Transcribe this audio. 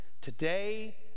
Today